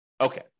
Okay